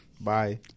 Bye